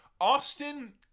Austin